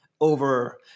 over